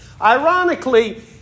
Ironically